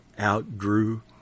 outgrew